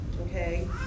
okay